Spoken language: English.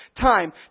time